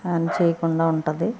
హాని చేయకుండా ఉంటుంది